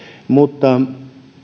mutta